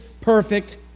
perfect